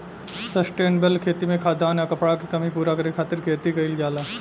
sustainable खेती में खाद्यान आ कपड़ा के कमी पूरा करे खातिर खेती कईल जाला